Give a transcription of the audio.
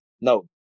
no